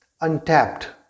untapped